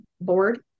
board